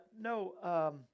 No